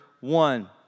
one